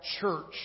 church